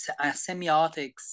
semiotics